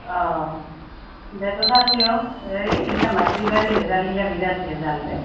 অঁ দে তথাপিও এই এইগিলা মাটি বাৰী ভেজালগিলা বিৰাট ভেজাল দে